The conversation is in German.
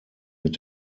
mit